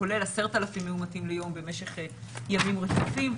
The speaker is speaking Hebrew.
כולל 10,000 מאומתים ליום במשך ימים רצופים,